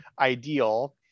ideal